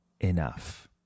enough